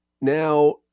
now